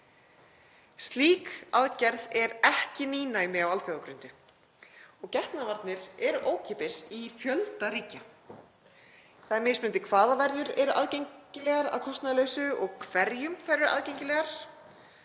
Slík aðgerð er ekki nýnæmi á alþjóðagrundu og getnaðarvarnir eru ókeypis í fjölda ríkja. Það er mismunandi hvaða verjur eru aðgengilegar að kostnaðarlausu og hverjum þær eru aðgengilegar.